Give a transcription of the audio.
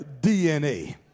DNA